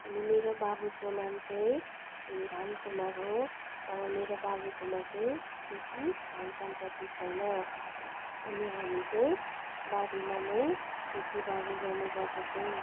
अनि मेरो बाबुको नाम चाहिँ धन कुमार हो तर मेरो बाबुकोमा चाहिँ केही धन सम्पत्ति छैन अनि हामी चाहिँ बारीमा नै खेतीबारी गर्ने गर्दछौँ